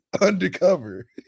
undercover